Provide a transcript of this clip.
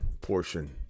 portion